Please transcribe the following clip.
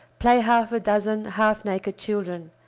play half a dozen half-naked children,